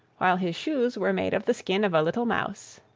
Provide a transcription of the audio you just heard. while his shoes were made of the skin of a little mouse.